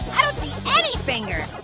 i don't see any finger.